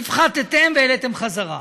הפחתתם והעליתם חזרה.